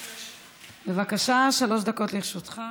בבקשה, שלוש דקות לרשותך.